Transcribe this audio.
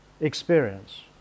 experience